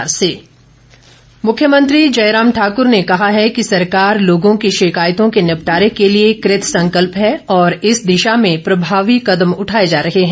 मख्यमंत्री मुख्यमंत्री जयराम ठाकूर ने कहा है कि सरकार लोगों की शिकायतों के निपटारे के लिए कृतसंकल्प है और इस दिशा में प्रभावी कदम उठाए जा रहे हैं